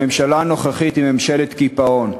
הממשלה הנוכחית היא ממשלת קיפאון,